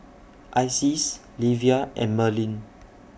Isis Livia and Merlin